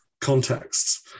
contexts